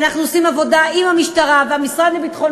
ואנחנו עושים עבודה עם המשטרה והמשרד לביטחון